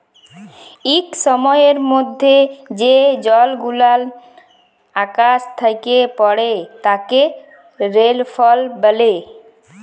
ইক সময়ের মধ্যে যে জলগুলান আকাশ থ্যাকে পড়ে তাকে রেলফল ব্যলে